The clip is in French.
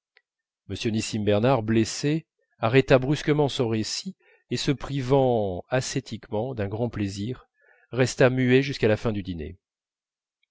m nissim bernard blessé arrêta brusquement son récit et se privant ascétiquement d'un grand plaisir resta muet jusqu'à la fin du dîner